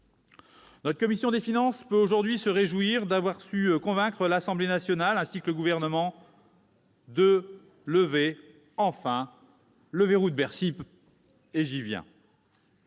Notre commission des finances peut se réjouir d'avoir su convaincre l'Assemblée nationale, ainsi que le Gouvernement, de lever enfin le verrou de Bercy. Le